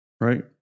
right